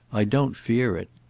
i don't fear it.